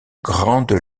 grandes